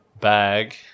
bag